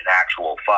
actual